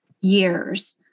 years